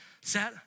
set